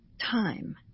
time